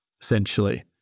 essentially